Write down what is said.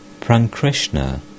Prankrishna